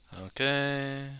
Okay